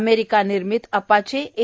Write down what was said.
America निर्मित Apache ए